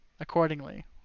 accordingly